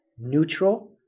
neutral